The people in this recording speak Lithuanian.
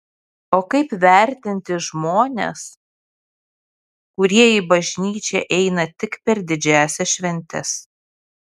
o kaip vertinti žmones kurie į bažnyčią eina tik per didžiąsias šventes